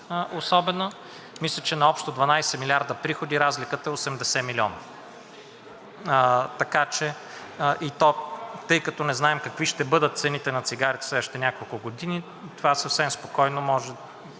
част. Мисля, че на общо 12 милиарда приходи разликата е 80 милиона и тъй като не знаем какви ще бъдат цените на цигарите в следващите няколко години, това съвсем спокойно може да